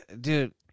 dude